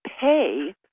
pay